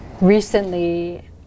recently